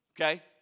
Okay